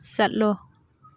ꯆꯠꯂꯣ